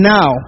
Now